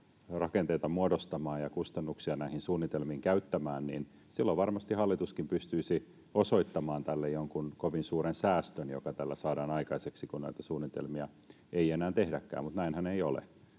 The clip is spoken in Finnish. rakenteita muodostamaan ja kustannuksia näihin suunnitelmiin käyttämään, niin silloin varmasti hallituskin pystyisi osoittamaan tälle jonkun kovin suuren säästön, joka tällä saadaan aikaiseksi, kun näitä suunnitelmia ei enää tehdäkään. Mutta näinhän ei ole.